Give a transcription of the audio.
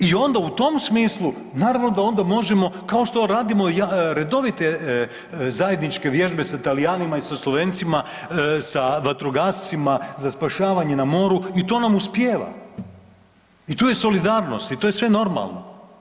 I onda u tom smislu naravno da onda možemo kao što radimo redovite zajedničke vježbe sa Talijanima i sa Slovencima sa vatrogascima za spašavanje na moru i to nam uspijeva i tu je solidarnost i to je sve normalno.